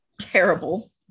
Terrible